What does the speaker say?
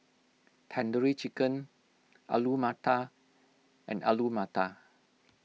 Tandoori Chicken Alu Matar and Alu Matar